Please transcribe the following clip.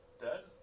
dead